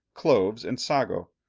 cloves, and sago.